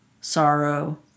sorrow